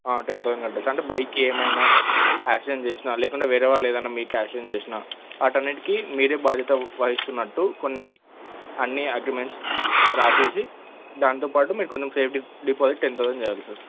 ten thousand కట్టాలి అంటే బైక్కి ఏమైనా యాక్సిడెంట్ చేసినా లేకుంటే వేరే వాళ్ళు ఏదైనా మీకు యాక్సిడెంట్ చేసినా వాటి అన్నింటికీ మీరే బాధ్యత వహిస్తున్నట్టు కొన్ని అన్ని అగ్రిమెంట్స్ వ్రాసేసి దాంతోపాటు మీరు కొంచెం సేఫ్టీ డిపాజిట్ టెన్ థౌసండ్ చేయాలి సార్